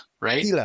right